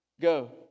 Go